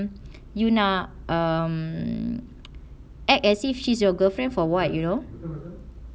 you nak um act as if she's your girlfriend for what you know